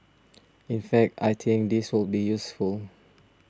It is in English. in fact I think this will be useful